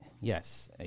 yes